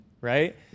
right